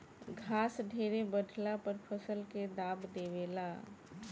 घास ढेरे बढ़ला पर फसल के दाब देवे ला